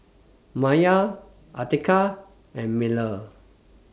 Maya Atiqah and Melur